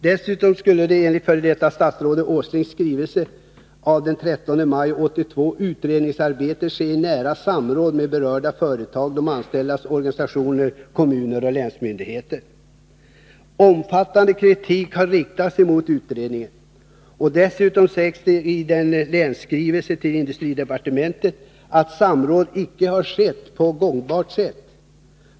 Dessutom skulle enligt f. d. statsrådet Åslings skrivelse av den 13 maj 1982 utredningsarbetet ske i nära samråd med berörda företag, de anställdas organisationer samt kommuner och länsmyndigheter. Omfattande kritik har riktats mot utredningen, och dessutom sägs det i en skrivelse till industridepartementet att samråd inte skett på godtagbart sätt.